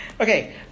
okay